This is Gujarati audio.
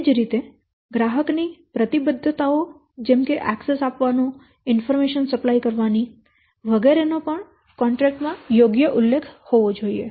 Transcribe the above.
એ જ રીતે ગ્રાહક ની પ્રતિબદ્ધતાઓ જેમ કે એકસેસ આપવાનો ઇન્ફોરમેશન સપ્લાય કરવી વગેરે નો પણ કોન્ટ્રેક્ટ માં યોગ્ય ઉલ્લેખ કરવો જોઈએ